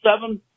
seven